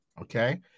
okay